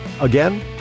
Again